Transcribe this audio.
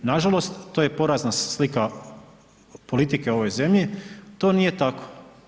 Nažalost, to je porazna slika politike u ovoj zemlji, to nije tako.